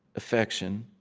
affection,